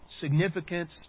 significance